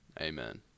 Amen